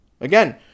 Again